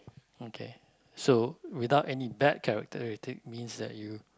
okay so without any bad characteristic means that you